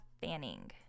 Fanning